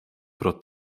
pro